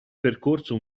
percorso